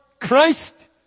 Christ